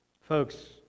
Folks